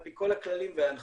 על פי כל הכללים וההנחיות.